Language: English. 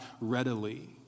readily